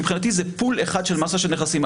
מבחינתי זה פול אחד של מסת נכסים.